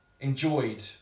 enjoyed